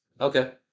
Okay